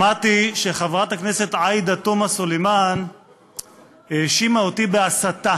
שמעתי שחברת הכנסת עאידה תומא סלימאן האשימה אותי בהסתה.